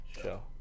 Show